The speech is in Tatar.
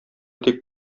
тик